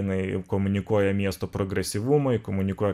jinai komunikuoja miesto progresyvumui komunikuoja